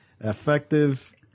effective